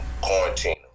quarantine